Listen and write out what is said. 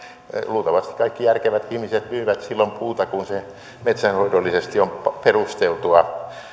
luultavasti kaikki järkevät ihmiset myyvät silloin puuta kun se metsänhoidollisesti on perusteltua